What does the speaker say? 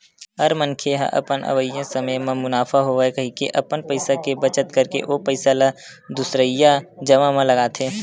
हर मनखे ह अपन अवइया समे म मुनाफा होवय कहिके अपन पइसा के बचत करके ओ पइसा ल दुसरइया जघा म लगाथे